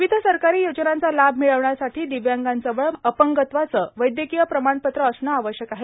विविध सरकारी योजनांचा लाभ मिळविण्यासाठी दिव्यांगांजवळ अपंगत्वाचं वैदयकीय प्रमाणपत्र असणे आवश्यक आहे